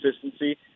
consistency